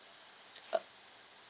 uh